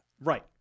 Right